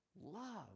love